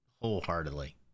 wholeheartedly